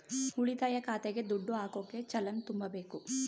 ಉಳಿತಾಯ ಖಾತೆಗೆ ದುಡ್ಡು ಹಾಕೋಕೆ ಚಲನ್ ತುಂಬಬೇಕು